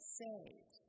saved